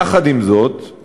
יחד עם זאת,